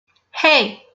hey